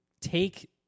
take